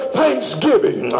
thanksgiving